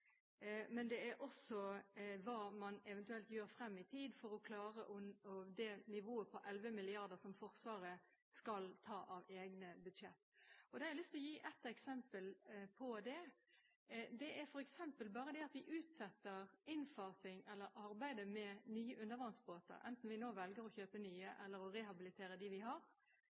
hva man eventuelt gjør frem i tid for å klare å nå nivået på 11 mrd. kr som Forsvaret skal ta av egne budsjetter. Jeg har lyst til å gi et eksempel på det: Enten vi velger å kjøpe nye undervannsbåter eller å rehabilitere dem vi har, kan vi spare 3 mrd. kr avhengig av når vi